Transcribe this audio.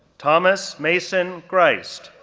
thomas mason grist,